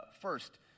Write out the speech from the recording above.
First